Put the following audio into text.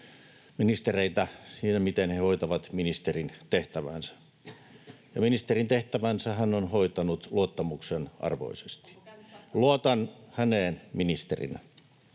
ministereitä siinä, miten he hoitavat ministerin tehtävänsä, ja ministerin tehtävänsä hän on hoitanut luottamuksen arvoisesti. [Tytti Tuppurainen: